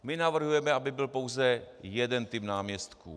My navrhujeme, aby byl pouze jeden typ náměstků.